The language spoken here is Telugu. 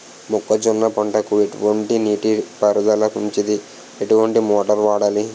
మొక్కజొన్న పంటకు ఎటువంటి నీటి పారుదల మంచిది? ఎటువంటి మోటార్ వాడాలి?